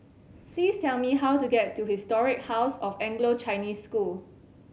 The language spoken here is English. please tell me how to get to Historic House of Anglo Chinese School